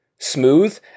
smooth